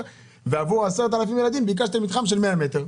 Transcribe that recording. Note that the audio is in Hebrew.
ועבור ה-10,000 ילדים ביקשתם מתחם של 100 מטר.